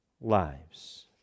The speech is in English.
lives